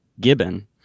Gibbon